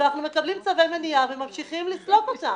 ואנחנו מקבלים צווי מניעה וממשיכים לסלוק אותם.